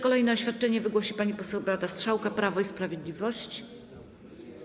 Kolejne oświadczenie wygłosi pani poseł Beata Strzałka, Prawo i Sprawiedliwość.